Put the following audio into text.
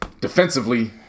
Defensively